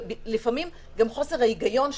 לפעמים גם חוסר ההיגיון שבהן.